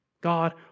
God